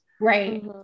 Right